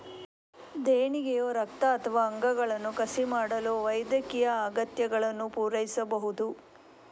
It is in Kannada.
ದೇಣಿಗೆಯು ರಕ್ತ ಅಥವಾ ಅಂಗಗಳನ್ನು ಕಸಿ ಮಾಡಲು ವೈದ್ಯಕೀಯ ಅಗತ್ಯಗಳನ್ನು ಪೂರೈಸಬಹುದು